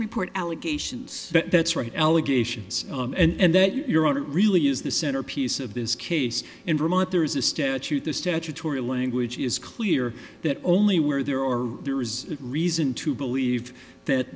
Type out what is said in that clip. report allegations but that's right allegations and that your honor really is the centerpiece of this case in vermont there is a statute the statutory language is clear that only where there are there is reason to believe that